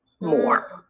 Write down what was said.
more